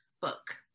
book